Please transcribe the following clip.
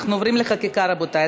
אנחנו עוברים לחקיקה, רבותי.